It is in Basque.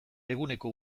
eguneko